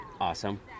awesome